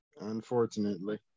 Unfortunately